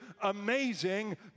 amazing